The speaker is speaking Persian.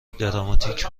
دراماتیک